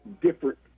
different